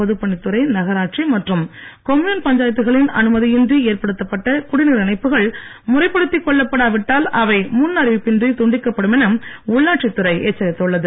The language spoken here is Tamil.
பொதுப்பணித்துறை நகராட்சி மற்றும் கொம்யுன்பஞ்சாயத்துகளின் அனுமதியின்றி ஏற்படுத்தப்பட்ட குடிதீர் இணைப்புகள் முறைப்படுத்திக் கொள்ளப்படா விட்டால் அவை முன்னறிவிப்பின்றி துண்டிக்கப்படும் எச்சரித்துள்ளது